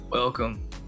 Welcome